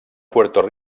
puerto